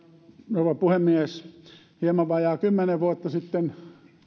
rouva puhemies hieman vajaa kymmenen vuotta sitten